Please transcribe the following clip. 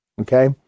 okay